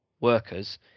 workers